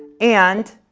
and,